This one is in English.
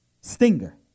Stinger